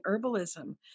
herbalism